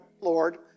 Lord